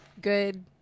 good